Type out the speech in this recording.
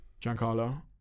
Giancarlo